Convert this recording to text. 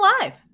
live